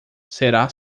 será